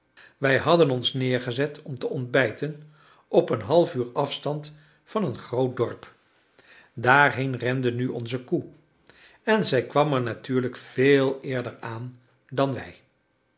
wij hadden ons neergezet om te ontbijten op een halfuur afstand van een groot dorp daarheen rende nu onze koe en zij kwam er natuurlijk veel eerder aan dan wij